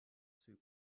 soup